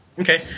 Okay